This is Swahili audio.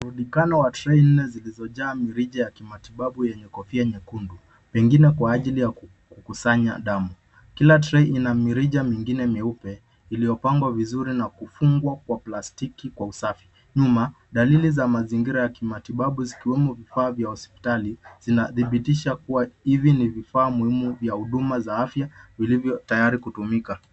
Muonekana wa tray nne zilizojaa mirija ya kimatibabu yenye kofia nyekundu pengine kwa ajili ya kukusanya damu. Kila tray ina mirija mingine meupe iliyopagwa vizuri na kufugwa kwa plastiki kwa usafi .Nyuma dalili za mazingira ya kimatibabu zikiwemo vifaa vya hosipitali vinadhibitisha kuwa hivi ni vifaa muhimu vya huduma ya afya vilivyotayari kutumika.